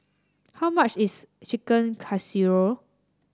how much is Chicken Casserole